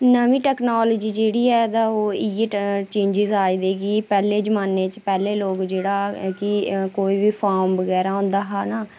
नमीं टैक्वोलिजी जेह्ड़ी ऐ ओह्दा इ'यै चेंजस आए दे कि पैह्ले जमाने च पैह्ले लोक जेह्ड़ा कि कोई बी फार्म बगैरा होंदा हा ना